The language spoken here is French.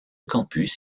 campus